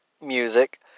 music